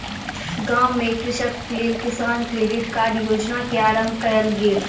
गाम में कृषकक लेल किसान क्रेडिट कार्ड योजना के आरम्भ कयल गेल